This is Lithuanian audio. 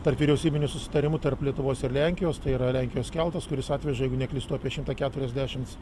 tarpvyriausybiniu susitarimu tarp lietuvos ir lenkijos tai yra lenkijos keltas kuris atvežė jeigu neklystu apie šimtą keturiasdešimts